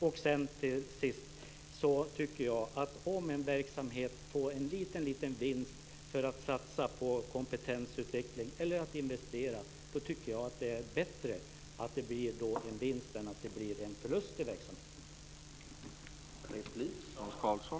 Till sist tycker jag att om en verksamhet får en liten, liten vinst att satsa på kompetensutveckling eller att investera är det bättre än om det blir en förlust i verksamheten.